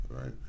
right